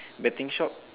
betting shop